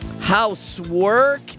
Housework